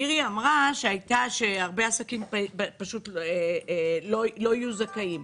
מירי אמרה שהרבה עסקים פשוט לא יהיו זכאים.